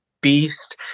beast